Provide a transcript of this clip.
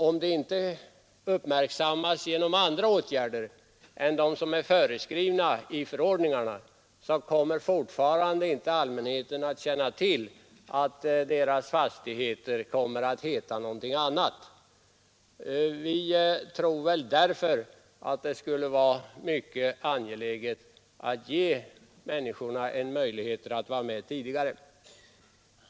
Om det inte görs känt genom andra åtgärder än dem som är föreskrivna i förordningarna, kommer fortfarande inte allmänheten att känna till att deras fastigheter skall komma att heta någonting annat. Vi tror därför att det skulle vara mycket angeläget att ge människorna en möjlighet att vara med tidigare.